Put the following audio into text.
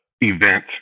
event